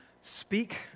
speak